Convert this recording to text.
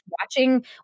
watching